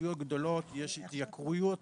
הרשויות הגדולות יש התייקרויות